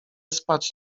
spać